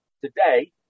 today